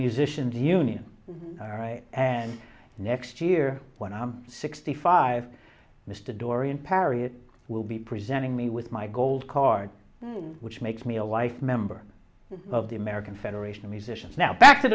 musician's union all right and next year when i'm sixty five mr dorian perry will be presenting me with my gold card which makes me a life member of the american federation of musicians now back to